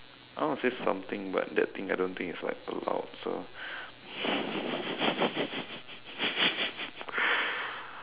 I want to say something but that thing I don't think is like allowed so